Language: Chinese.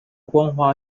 光滑